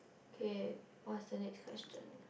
okay what's the next question